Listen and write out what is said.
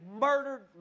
murdered